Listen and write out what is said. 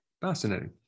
Fascinating